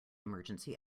emergency